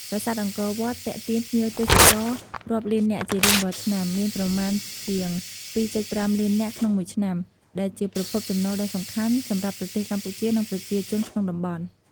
ប្រាសាទអង្គរវត្តទាក់ទាញភ្ញៀវទេសចររាប់លាននាក់ជារៀងរាល់ឆ្នាំ មានប្រមាណជាង ២.៥ លាននាក់ក្នុងមួយឆ្នាំ ដែលជាប្រភពចំណូលដ៏សំខាន់សម្រាប់ប្រទេសកម្ពុជា និងប្រជាជនក្នុងតំបន់។